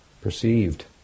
perceived